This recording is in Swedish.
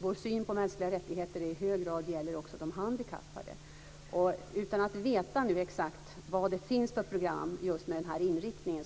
vår syn på mänskliga rättigheter i hög grad också gäller de handikappade. Jag vet inte exakt vad det finns för program med just den inriktningen.